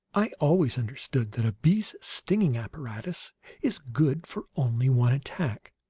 i always understood that a bee's stinging apparatus is good for only one attack.